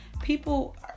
People